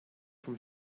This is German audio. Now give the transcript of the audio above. vom